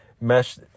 mesh